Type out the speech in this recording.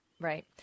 Right